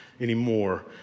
anymore